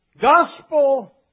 gospel